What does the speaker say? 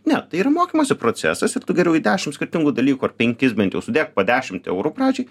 ne tai yra mokymosi procesas ir tu geriau į dešim skirtingų dalykų ar penkis bent jau sudėk po dešimt eurų pradžiai